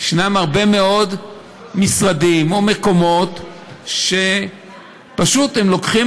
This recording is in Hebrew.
הרבה מאוד משרדים ומקומות שפשוט לוקחים